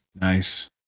Nice